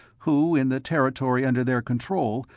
who, in the territory under their control,